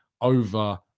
over